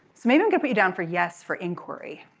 so maybe it could be done for yes for inquiry.